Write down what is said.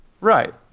Right